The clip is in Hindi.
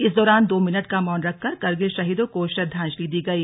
इस दौरान दो मिनट का मौन रखकर कारगिल शहीदों को श्रद्वाजंलि दी गई